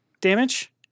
damage